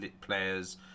players